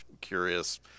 curious